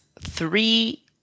three